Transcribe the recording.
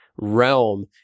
realm